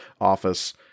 office